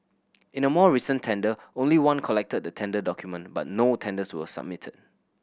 in a more recent tender only one collected the tender document but no tenders were submitted